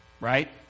right